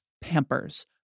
Pampers